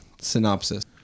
synopsis